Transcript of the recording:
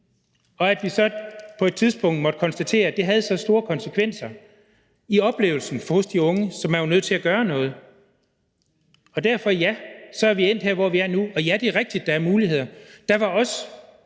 vi måtte så på et tidspunkt konstatere, at det har så store konsekvenser for oplevelsen hos de unge, at man var nødt til at gøre noget. Derfor er vi endt her, hvor vi er nu. Og ja, det er rigtigt, at der er muligheder. Der var også